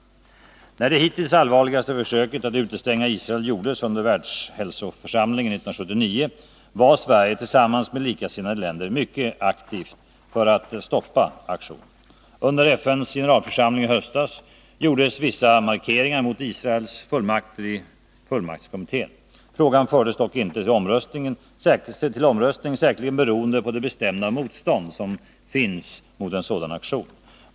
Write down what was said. När det hittills allvarligaste försöket att utestänga Israel gjordes under världshälsoförsamlingen 1979 var Sverige tillsammans med likasinnade länder mycket aktivt för att stoppa aktionen. Under FN:s generalförsamling i höstas gjordes vissa markeringar mot Israels fullmakter i fullmaktskommittén. Frågan fördes dock inte till omröstning, säkerligen beroende på det bestämda motstånd som finns mot en sådan aktion.